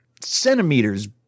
centimeters